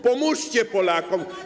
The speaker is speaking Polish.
Pomóżcie Polakom.